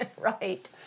Right